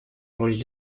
роль